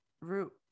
root